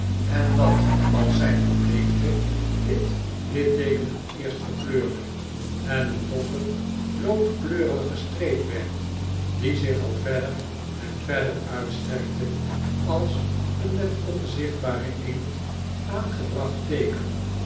en dat als zij verbleekte dit litteeken het eerst verkleurde en een doffe loodkleurige streep werd die zich al verder en verder uitstrekte als een met onzichtbaren inkt aangebracht teeken